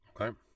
Okay